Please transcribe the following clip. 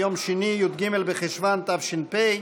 נא לשבת.